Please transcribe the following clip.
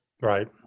Right